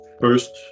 first